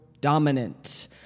dominant